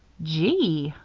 gee!